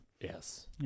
yes